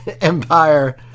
empire